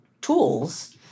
tools